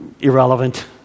irrelevant